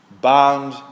Bound